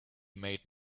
made